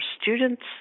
students